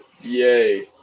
Yay